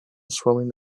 swimming